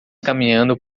caminhando